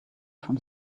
from